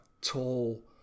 tall